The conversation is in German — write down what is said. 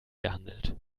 gehandelt